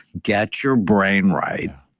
get your brain right,